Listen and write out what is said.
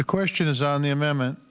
the question is on the amendment